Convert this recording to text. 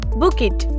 bookit